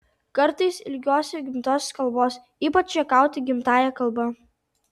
kartais ilgiuosi gimtosios kalbos ypač juokauti gimtąja kalba